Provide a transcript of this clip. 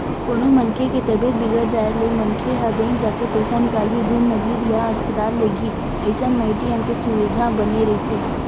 कोनो मनखे के तबीयत बिगड़ जाय ले मनखे ह बेंक जाके पइसा निकालही धुन मरीज ल अस्पताल लेगही अइसन म ए.टी.एम के सुबिधा बने रहिथे